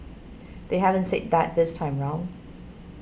they haven't said that this time round